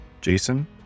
Jason